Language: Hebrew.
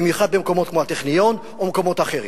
במיוחד במקומות כמו הטכניון או מקומות אחרים.